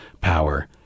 power